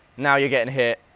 now you're getting hit.